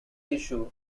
issue